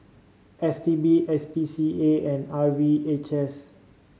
S T B S P C A and R V H S